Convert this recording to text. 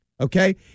Okay